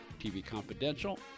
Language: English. tvconfidential